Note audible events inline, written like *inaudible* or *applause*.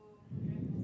*breath*